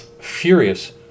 furious